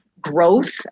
growth